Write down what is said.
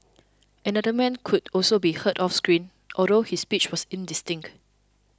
another man could also be heard off screen although his speech was indistinct